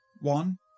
One